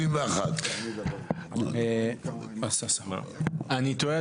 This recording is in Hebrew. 171. אני תוהה,